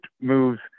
moves